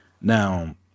Now